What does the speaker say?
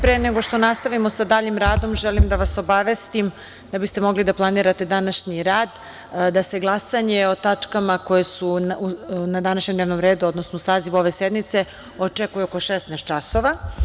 Pre nego što nastavimo sa daljim radom, želim da vas obavestim da biste mogli da planirate današnji rad, da se glasanje o tačkama koje su na današnjem dnevnom redu, odnosno u sazivu ove sednice, očekuje 16.00 časova.